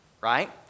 Right